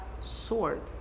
sword